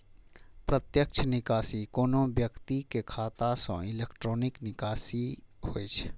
प्रत्यक्ष निकासी कोनो व्यक्तिक खाता सं इलेक्ट्रॉनिक निकासी होइ छै